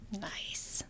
Nice